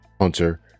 Hunter